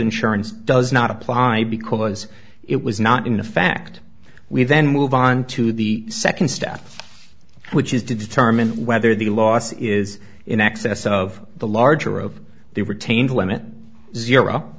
insurance does not apply because it was not in fact we then move on to the second step which is to determine whether the loss is in excess of the larger of the retained limit zero